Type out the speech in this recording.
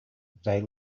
they